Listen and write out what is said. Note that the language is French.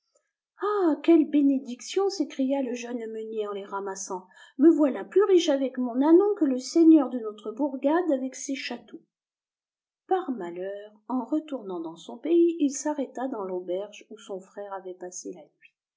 ah quelle bénédiction s'écria le jeune meunier en les ramassant me voilà plus riche avec mon ânon que le seigneur de notre bourgade avec ses châteaux par malheur en retournant dans son pays il s'arrêta dans l'auberge où son frère avait passé la nuit